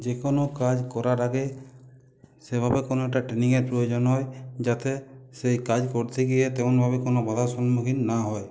যে কোনো কাজ করার আগে সেভাবে কোনো একটা ট্রেনিংয়ের প্রয়োজন হয় যাতে সেই কাজ করতে গিয়ে তেমনভাবে কোনো বাঁধার সম্মুখীন না হয়